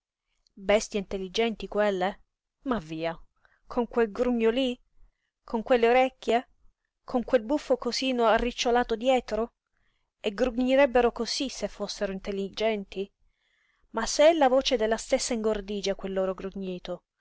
bestie intelligenti quelle ma via con quel grugno lí con quelle orecchie con quel buffo cosino arricciolato dietro e grugnirebbero cosí se fossero intelligenti ma se è la voce della stessa ingordigia quel loro grugnito